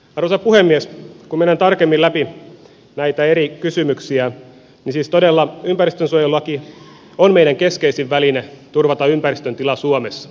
kun mennään tarkemmin läpi näitä eri kysymyksiä niin todella ympäristönsuojelulaki on meidän keskeisin väline turvata ympäristön tila suomessa